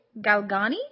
Galgani